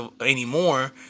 anymore